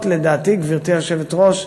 לדעתי, גברתי היושבת-ראש,